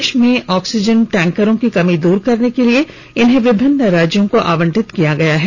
देश में ऑक्सीजन टैंकरों की कमी दूर करने के लिए इन्हें विभिन्न राज्यों को आवंटित कर दिया गया है